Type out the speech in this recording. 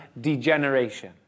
degeneration